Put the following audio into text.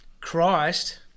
Christ